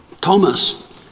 Thomas